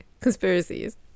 conspiracies